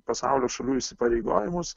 pasaulio šalių įsipareigojimus